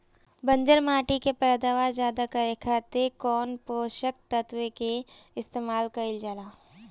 बंजर माटी के पैदावार ज्यादा करे खातिर कौन पोषक तत्व के इस्तेमाल कईल जाला?